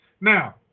Now